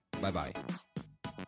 bye-bye